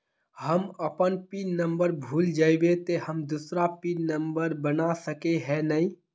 हम अपन PIN number भूल जयबे ते हम दूसरा पिन नंबर बना सके है नय?